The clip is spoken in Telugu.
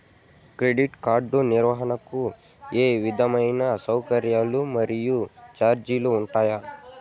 క్రెడిట్ కార్డు నిర్వహణకు ఏ విధమైన సౌకర్యాలు మరియు చార్జీలు ఉంటాయా?